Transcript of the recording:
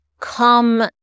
come